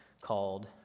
called